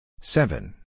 seven